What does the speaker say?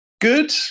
good